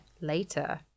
later